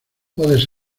podes